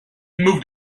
moved